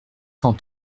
cent